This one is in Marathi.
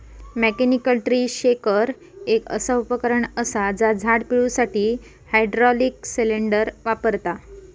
मॅकॅनिकल ट्री शेकर एक असा उपकरण असा जा झाड पिळुसाठी हायड्रॉलिक सिलेंडर वापरता